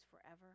forever